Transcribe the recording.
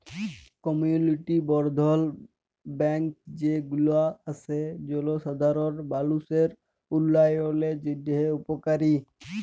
community বর্ধল bank যে গুলা আসে জলসাধারল মালুষের উল্যয়নের জন্হে উপকারী